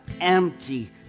empty